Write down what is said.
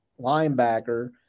linebacker